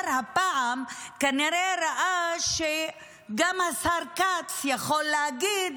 הפעם השר כנראה ראה שגם השר כץ יכול להגיד,